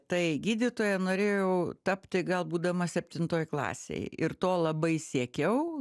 tai gydytoja norėjau tapti gal būdama septintoj klasėj ir to labai siekiau